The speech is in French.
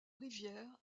rivière